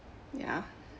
ya